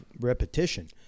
repetition